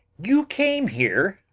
you came here.